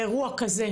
באירוע כזה.